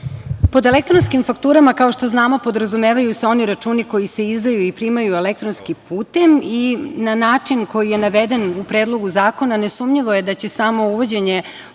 elektronskim fakturama, kao što znamo, podrazumevaju se oni računi koji se izdaju i primaju elektronskim putem i na način koji je naveden u Predlogu zakona nesumnjivo je da će samo uvođenje